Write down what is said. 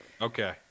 Okay